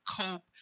cope